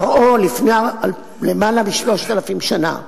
פרעה, לפני למעלה מ-3,000 שנה,